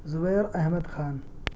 Zubair Ahmed Khan